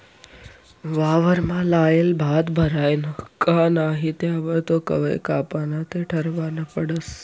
वावरमा लायेल भात भरायना का नही त्यावर तो कवय कापाना ते ठरावनं पडस